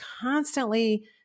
constantly